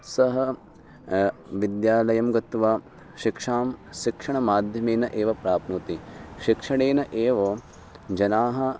सः विद्यालयं गत्वा शिक्षां शिक्षणमाध्यमेन एव प्राप्नोति शिक्षणेन एव जनाः